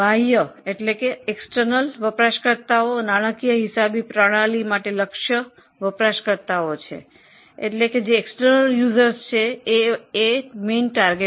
બાહ્ય વપરાશકર્તાઓ નાણાકીય હિસાબી પદ્ધતિ માટે વાસ્તવિક વપરાશકર્તાઓ છે